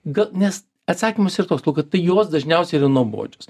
gal nes atsakymas yra toks lukai tai jos dažniausiai yra nuobodžios